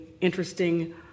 interesting